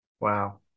Wow